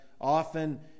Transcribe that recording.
often